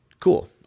cool